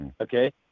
Okay